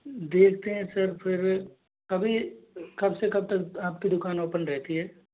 देखते हैं सर फिर अभी कब से कब तक आपकी दुकान ओपन रहती है